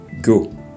Go